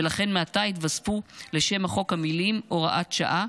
ולכן מעתה יתווספו לשם החוק המילים "הוראת שעה",